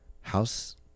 House